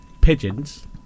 Pigeons